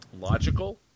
logical